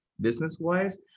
Business-wise